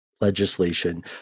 legislation